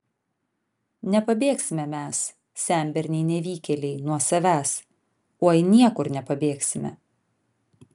nepabėgsime mes senberniai nevykėliai nuo savęs oi niekur nepabėgsime